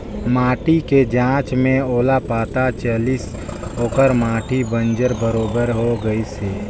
माटी के जांच में ओला पता चलिस ओखर माटी बंजर बरोबर होए गईस हे